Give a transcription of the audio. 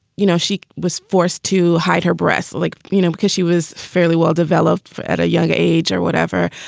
you know, she was forced to hide her breasts like, you know, because she was fairly well developed at a young age or whatever.